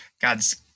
God's